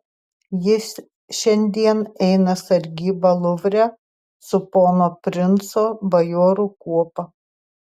jis šiandien eina sargybą luvre su pono princo bajorų kuopa